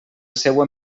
seua